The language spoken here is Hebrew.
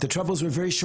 אנחנו קצרים בזמן,